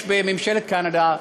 יש בממשלת קנדה,